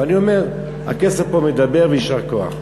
ואני אומר, הכסף פה מדבר, ויישר כוח.